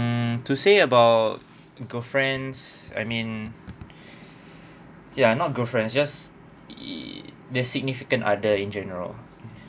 mm to say about girlfriends I mean ya not girlfriends just !ee! the significant other in general